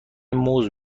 موز